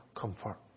comfort